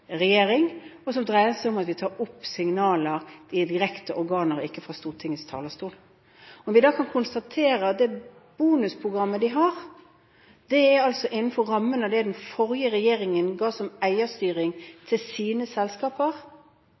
regjering, og som dreier seg om at vi tar opp signaler direkte i organer – ikke fra Stortingets talerstol. Når vi da kan konstatere at det bonusprogrammet man har, er innenfor rammene av det den forrige regjeringen ga som eierstyring til sine selskaper,